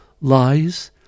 lies